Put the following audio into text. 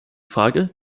frage